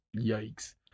Yikes